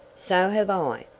so have i.